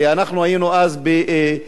כי אנחנו היינו אז בצעדה,